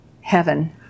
heaven